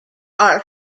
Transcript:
are